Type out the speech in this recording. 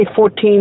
2014